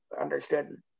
understood